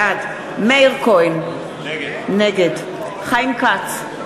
בעד מאיר כהן, נגד חיים כץ,